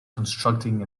constructing